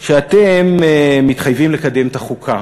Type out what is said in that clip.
בין היתר, שאתם מתחייבים לקדם את החוקה,